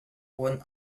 one